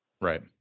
Right